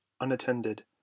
unattended